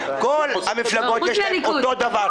כל המפלגות אותו דבר.